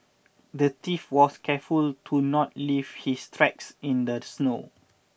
the thief was careful to not leave his tracks in the snow